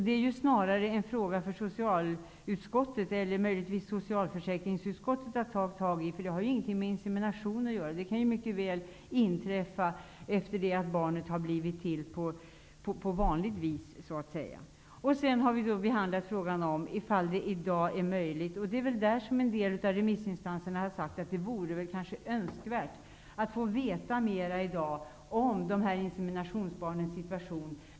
Det är snarare en fråga för socialutskottet eller möjligtvis socialförsäkringsutskottet att ta tag i. Det har ingenting med insemination att göra. Det kan mycket väl inträffa efter det att barnet har blivit till på vanligt vis. Remissinstanserna har sagt att det kanske vore önskvärt att i dag få veta mer om dessa inseminationsbarns situation.